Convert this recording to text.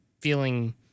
feeling